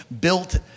built